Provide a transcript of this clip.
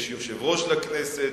יש יושב-ראש לכנסת,